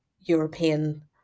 European